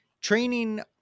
training